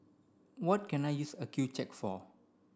what can I use Accucheck for